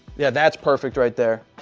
yeah, that's perfect right there.